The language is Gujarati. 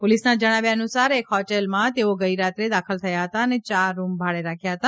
પોલીસના જણાવ્યા અનુસાર એક હોટલમાં તેઓ ગઇરાત્રે દાખલ થયા હતા અને ચાર રૂમ ભાડે રાખ્યા હતા